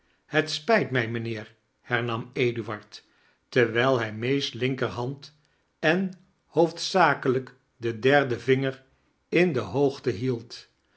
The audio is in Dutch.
het spijt mij mijnheer bct-nam eduard terwijl hij may's linkerhamd en hoofdzakelijk den derdem vinger in de hoogbe hield